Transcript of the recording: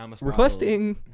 Requesting